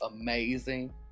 amazing